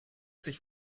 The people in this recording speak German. sich